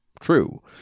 true